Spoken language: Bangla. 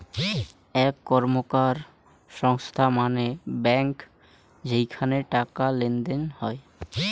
আক র্কমকার সংস্থা মানে ব্যাঙ্ক যেইখানে টাকা লেনদেন হই